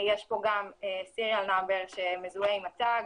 יש בו גם מספר סידורי שמזוהה עם התג.